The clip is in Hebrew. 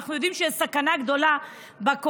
ואנחנו יודעים שיש סכנה גדולה בקורונה,